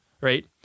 right